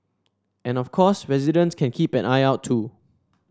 and of course residents can keep an eye out too